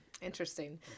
Interesting